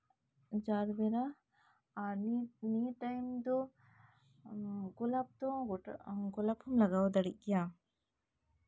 ᱡᱟᱨᱵᱮᱨᱟ ᱟᱨ ᱱᱤᱜ ᱱᱤᱭᱟᱹ ᱴᱟᱭᱤᱢ ᱫᱚ ᱜᱳᱞᱟᱯ ᱦᱚᱸᱢ ᱞᱟᱜᱟᱣ ᱫᱟᱲᱮᱜ ᱜᱮᱭᱟ